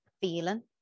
feeling